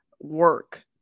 work